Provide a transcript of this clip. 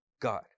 God